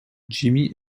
jimmy